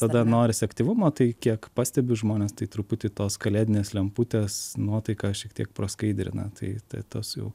tada norisi aktyvumo tai kiek pastebiu žmones tai truputį tos kalėdinės lemputės nuotaiką šiek tiek praskaidrina tai tai tos jau